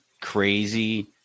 crazy